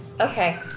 Okay